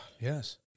Yes